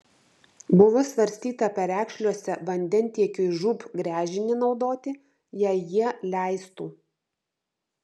buvo svarstyta perekšliuose vandentiekiui žūb gręžinį naudoti jei jie leistų